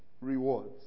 rewards